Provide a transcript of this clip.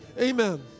Amen